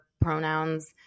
pronouns